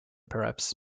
perhaps